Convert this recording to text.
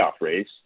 race